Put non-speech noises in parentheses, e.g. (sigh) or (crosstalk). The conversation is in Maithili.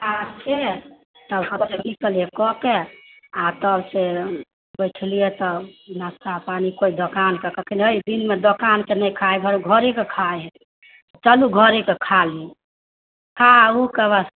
आ फेर सभ गोटे (unintelligible) कऽ के आ तबसँ बैठलियै तऽ नाश्ता पानि कोइ दोकानके कहलकै हइ दिनमे दोकानके नहि खाइ हइ घरेके खाइ हइ चलू घरेके खाली खा ऊ ओकर बाद